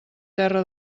terra